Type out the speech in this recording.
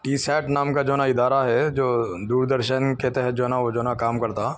T SAT نام کا جو ہے نا ادارہ ہے جو دوردرشن کے تحت جو ہے نا جو ہے نا کام کرتا